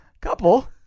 couple